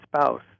spouse